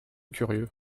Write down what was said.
curieux